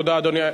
תודה, אדוני.